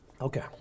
Okay